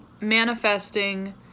manifesting